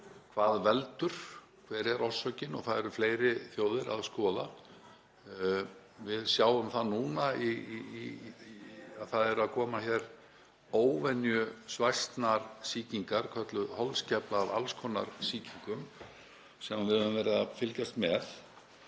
Hvað veldur? Hver er orsökin? Það eru fleiri þjóðir að skoða þetta. Við sjáum það núna að það eru að koma óvenju svæsnar sýkingar, holskefla af alls konar sýkingum sem við höfum verið að fylgjast með.